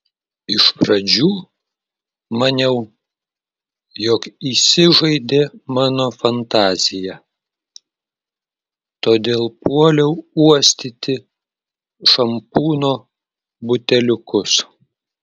iš pradžių maniau jog įsižaidė mano fantazija todėl puoliau uostyti šampūno buteliukus